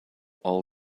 all